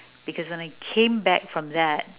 because when I came back from that